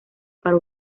para